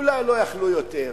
אולי לא יכלו יותר,